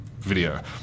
video